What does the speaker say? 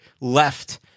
left –